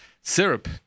syrup